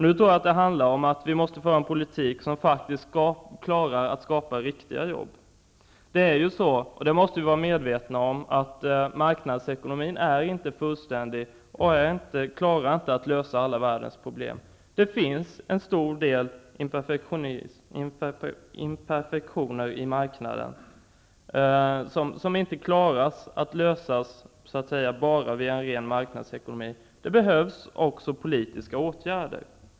Nu handlar det om att vi måste föra en politik som faktiskt klarar att skapa riktiga jobb. Vi måste vara medvetna om att marknadsekonomin inte är fullständig. Den klarar inte att lösa alla världens problem. Det finns en stor andel imperfektioner i marknaden. De kan inte lösas genom en ren marknadsekonomi. Det behövs också politiska åtgärder.